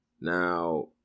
now